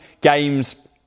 games